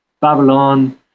Babylon